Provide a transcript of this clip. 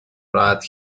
راحت